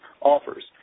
offers